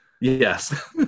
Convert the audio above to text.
Yes